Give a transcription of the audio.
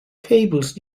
cables